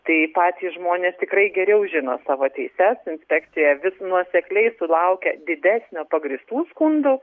tai patys žmonės tikrai geriau žino savo teises inspekcija vis nuosekliai sulaukia didesnio pagrįstų skundų